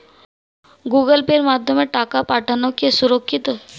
Google পের মাধ্যমে টাকা পাঠানোকে সুরক্ষিত?